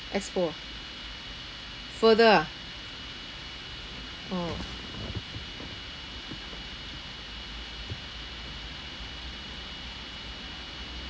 explore ah further ah orh